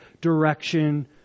direction